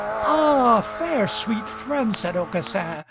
ah, fair sweet friend, said aucassin,